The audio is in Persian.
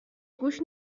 گوش